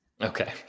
Okay